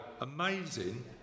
amazing